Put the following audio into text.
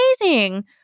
amazing